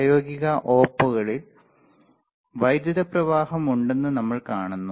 പ്രായോഗിക ഒപുകളിൽ വൈദ്യുത പ്രവാഹം ഉണ്ടെന്ന് നമ്മൾ കാണുന്നു